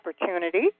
opportunity